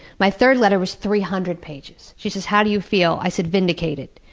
my third letter was three hundred pages. she says, how do you feel? i said, vindicated.